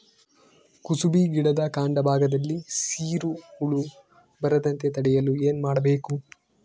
ಕುಸುಬಿ ಗಿಡದ ಕಾಂಡ ಭಾಗದಲ್ಲಿ ಸೀರು ಹುಳು ಬರದಂತೆ ತಡೆಯಲು ಏನ್ ಮಾಡಬೇಕು?